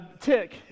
Tick